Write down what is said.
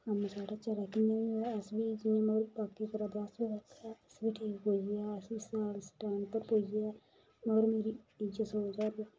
mummy साढ़ी चला दियां अस बी इस उमरी च करचै अस बी ठीक रेहियै अस बी इस टैम च पुजचै ओह् मिकी इ'यै समझादियां